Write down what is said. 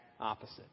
opposite